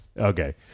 Okay